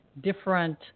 different